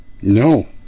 No